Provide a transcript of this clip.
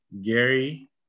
Gary